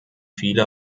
viele